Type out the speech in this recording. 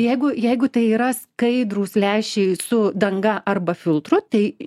jeigu jeigu tai yra skaidrūs lęšiai su danga arba filtru tai